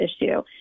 issue